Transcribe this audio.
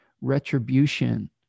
retribution